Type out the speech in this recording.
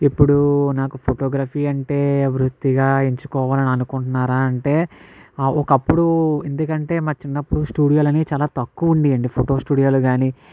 ఇప్పుడూ నాకు ఫోటోగ్రఫీ అంటే వృత్తిగా ఎంచుకోవాలని అనుకుంటున్నారా అంటే ఒకప్పుడు ఎందుకంటే మా చిన్నప్పుడు స్టూడియోలు అనేవి చాలా తక్కువ ఉండేవండి ఫోటో స్టూడియోలు కానీ